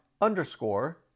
underscore